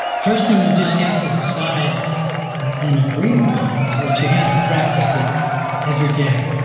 first thing you just have to decide and agree upon is that you have to practice it every day.